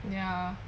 ya